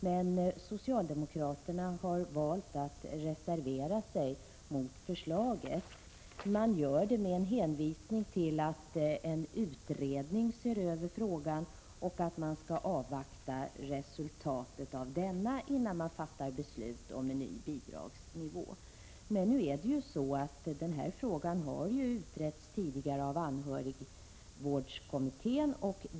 Men socialdemokraterna har valt att reservera sig mot förslaget. Man gör det med hänvisning till att en utredning ser över frågan och att man skall avvakta resultatet av denna innan man fattar beslut om en ny bidragsnivå. Men denna fråga har ju utretts tidigare av anhörigvårdskommittén.